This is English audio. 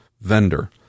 vendor